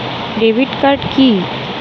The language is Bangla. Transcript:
ডেবিট কার্ড কি?